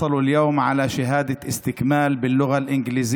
אשר קיבלו היום תעודת השלמה בשפה האנגלית